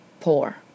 poor